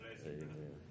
Amen